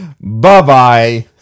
Bye-bye